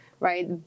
right